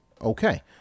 Okay